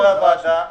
כל חברי הוועדה ביקשו.